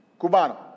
cubano